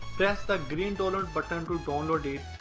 press the green download button to download it.